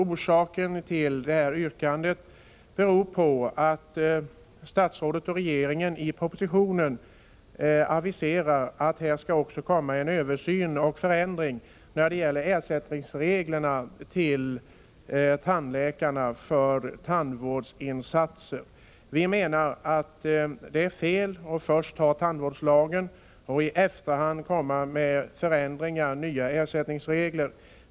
Orsaken till det yrkandet är att statsrådet i propositionen aviserar att det skall ske en översyn och förändring av reglerna för ersättning till tandläkarna för deras insatser. Vi menar att det är fel att först besluta om tandvårdslagen och i efterhand komma med nya ersättningsregler.